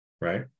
right